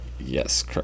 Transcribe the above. Yes